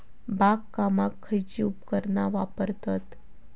बागकामाक खयची उपकरणा वापरतत?